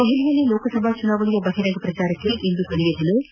ದೆಹಲಿಯಲ್ಲಿ ಲೋಕಸಭಾ ಚುನಾವಣೆಯ ಬಹಿರಂಗ ಪ್ರಚಾರಕ್ಕೆ ಇಂದು ಕಡೆಯ ದಿನವಾಗಿದ್ದು